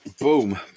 Boom